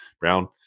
brown